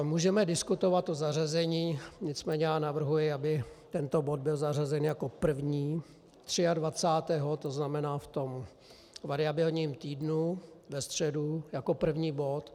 Můžeme diskutovat o zařazení, nicméně navrhuji, aby tento bod byl zařazen jako první třiadvacátého, to znamená ve variabilním týdnu ve středu jako první bod.